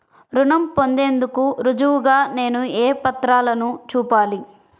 రుణం పొందేందుకు రుజువుగా నేను ఏ పత్రాలను చూపాలి?